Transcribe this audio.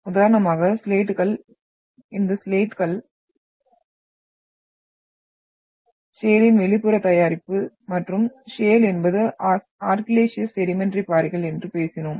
உதாரணமாக ஸ்லேட்டுகள் இந்த ஸ்லேட்டுகள் ஷேலின் வெளிப்புற தயாரிப்பு மற்றும் ஷேல் என்பது ஆர்கில்லேசியஸ் செடிமெண்டரி பாறைகள் என்று பேசினோம்